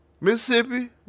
Mississippi